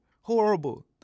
Horrible